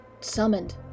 summoned